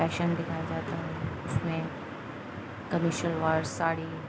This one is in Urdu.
فیشن دکھایا جاتا ہے اس میں کمیشلوار ساڑی